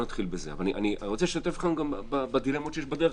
אני רוצה לשתף אתכם בדילמות שיש בדרך,